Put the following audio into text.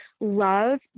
love